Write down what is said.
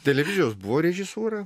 televizijos buvo režisūra